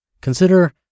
Consider